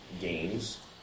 games